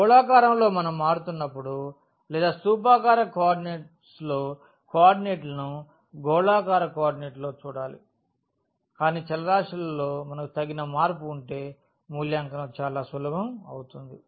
గోళాకారంలో మనం మారుతున్నప్పుడు లేదా స్థూపాకార కోఆర్డినేట్స్లో కోఆర్డినేట్లను గోళాకార కోఆర్డినేట్లో సూచించాలి కాని చలరాశులలో మనకు తగిన మార్పు ఉంటే మూల్యాంకనం చాలా సులభం అవుతుంది